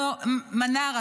מנרה,